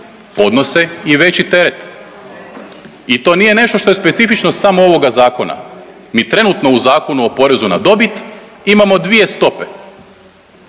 podnose i veći teret i to nije nešto što je specifičnost samo ovoga zakona. Mi trenutno u Zakonu o porezu na dobit imamo dvije stope,